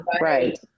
Right